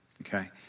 Okay